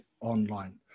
online